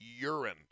urine